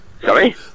Sorry